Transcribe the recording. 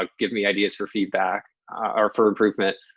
ah give me ideas for feedback or for improvement.